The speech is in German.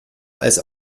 als